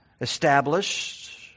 established